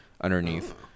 underneath